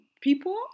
people